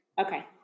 Okay